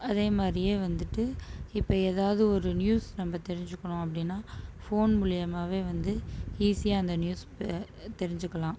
அதேமாதிரியே வந்துவிட்டு இப்போ எதாவது ஒரு நியூஸ் நம்ப தெரிஞ்சுக்கணும் அப்படின்னா ஃபோன் மூலியமாகவே வந்து ஈஸியாக அந்த நியூஸ் தெரிஞ்சுக்கலாம்